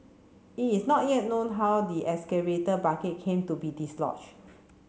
it is not yet known how the excavator bucket came to be dislodged